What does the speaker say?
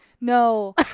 No